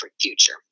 future